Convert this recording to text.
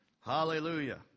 Hallelujah